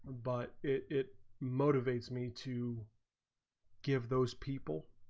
but it it motivates me to give those people